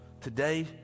Today